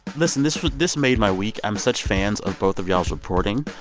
listen this this made my week. i'm such fans of both of y'all's reporting.